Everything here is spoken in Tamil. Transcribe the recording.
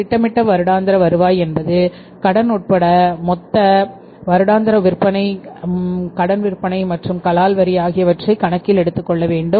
திட்டமிடப்பட்ட வருடாந்திர வருவாய் என்பது கடன் உட்பட மொத்த வருடாந்திர மொத்த விற்பனை கடன் விற்பனை மற்றும் கலால் வரி ஆகியவற்றை கணக்கில் எடுத்துக்கொள்ள வேண்டும்